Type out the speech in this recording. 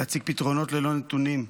להמציא פתרונות ללא נתונים.